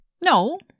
No